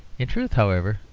in truth, however,